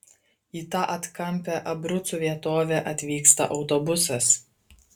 į tą atkampią abrucų vietovę atvyksta autobusas